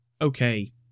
okay